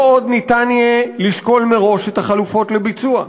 לא יהיה ניתן עוד לשקול מראש את החלופות לביצוע.